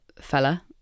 fella